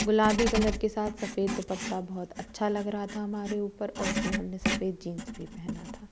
गुलाबी कलर के साथ सफ़ेद दुपट्टा बहुत अच्छा लग रहा था हमारे ऊपर और इसमें हमने सफ़ेद जीन्स भी पहना था